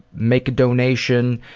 make a donation.